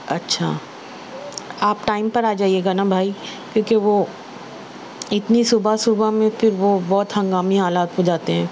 اچھا آپ ٹائم پر آ جائیے گا نا بھائی کیونکہ وہ اتنی صبح صبح میں پھر وہ بہت ہنگامی حالات ہو جاتے ہیں